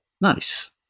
Nice